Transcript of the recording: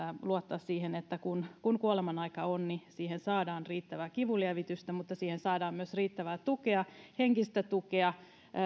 että kun kun kuoleman aika on niin siihen saadaan riittävää kivunlievitystä mutta siihen saadaan myös riittävää tukea henkistä tukea